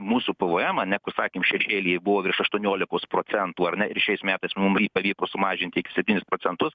mūsų pe ve emą neku sakėm šešėlyje buvo virš aštuoniolikos procentų ar ne ir šiais metais mum jį pavyko sumažinti iki septynis procentus